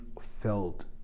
felt